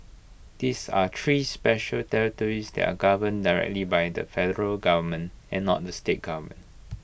these are three special territories that are governed directly by the federal government and not the state government